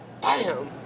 bam